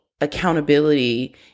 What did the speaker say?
accountability